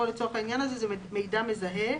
לצורך העניין הזה היא לגבי מידע מזהה.